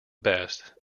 best